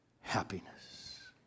happiness